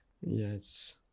Yes